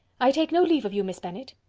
i take no leave of you, miss bennet.